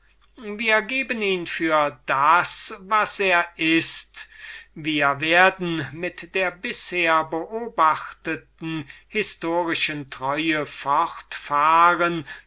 wir geben ihn für das was er ist wir werden mit der bisher beobachteten historischen treue